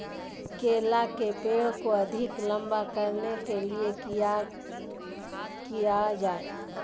केला के पेड़ को अधिक लंबा करने के लिए किया किया जाए?